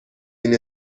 این